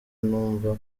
numva